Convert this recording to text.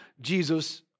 Jesus